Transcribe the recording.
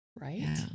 right